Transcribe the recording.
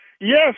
Yes